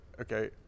okay